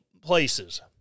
places